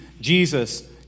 Jesus